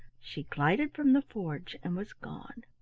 she glided from the forge and was gone.